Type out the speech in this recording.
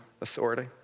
authority